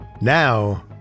Now